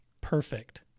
Perfect